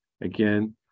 again